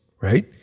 right